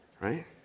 Right